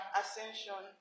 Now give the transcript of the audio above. ascension